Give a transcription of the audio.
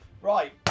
Right